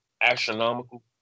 astronomical